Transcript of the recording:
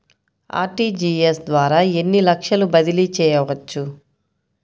RTGS ద్వారా ఎన్ని లక్షలు బదిలీ చేయవచ్చు?